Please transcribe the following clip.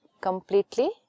completely